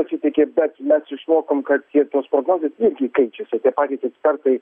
pasitiki bet mes išmokom kad tie tos prognozės irgi keičiasi tie patys ekspertai